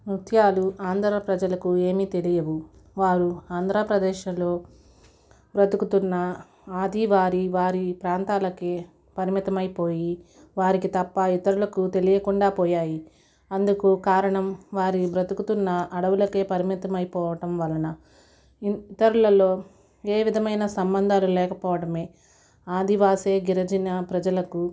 నృత్యాలు ఆంధ్రా ప్రజలకు ఏమీ తెలియవు వారు ఆంధ్రప్రదేశ్లో బ్రతుకుతున్న ఆది వారి వారి ప్రాంతాలకే పరిమితం అయిపోయి వారికి తప్ప ఇతరులకు తెలియకుండా పోయాయి అందుకు కారణం వారు బ్రతుకుతున్న అడవులకే పరిమితం అయిపోవటం వలన ఇతరులలో ఏ విధమైన సంబంధాలు లేకపోవడమే ఆదివాసీ గిరిజన ప్రజలకు